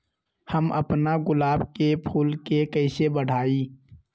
हम अपना गुलाब के फूल के कईसे बढ़ाई?